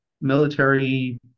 military